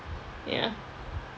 ya